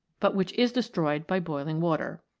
but which is destroyed by boiling water.